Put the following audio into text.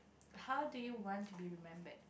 how do you want to be remembered